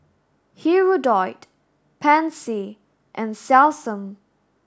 Hirudoid Pansy and Selsun